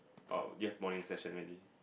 oh you have morning session already